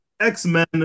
x-men